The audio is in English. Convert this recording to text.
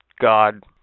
God